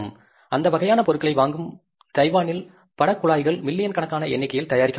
அந்த வகையான பொருட்களை வழங்கும் தைவானில் படக் குழாய்கள் மில்லியன் கணக்கான எண்ணிக்கையில் தயாரிக்கப்படுகின்றன